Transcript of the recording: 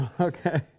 Okay